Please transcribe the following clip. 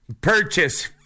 Purchase